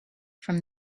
from